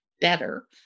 better